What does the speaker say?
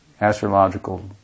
astrological